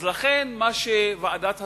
אז לכן, מה שוועדת השרים,